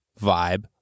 vibe